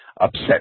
upset